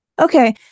Okay